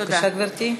בבקשה, גברתי.